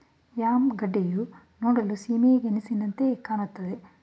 yam ಗೆಡ್ಡೆಯು ನೋಡಲು ಸಿಹಿಗೆಣಸಿನಂತೆಯೆ ಕಾಣುತ್ತದೆ